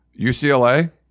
UCLA